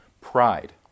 pride